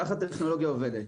כך הטכנולוגיה עובדת.